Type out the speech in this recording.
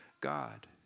God